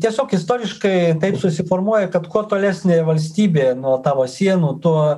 tiesiog istoriškai taip susiformuoja kad kuo tolesnė valstybė nuo tavo sienų tuo